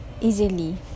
easily